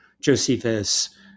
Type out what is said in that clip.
Josephus